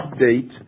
update